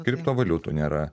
kriptovaliutų nėra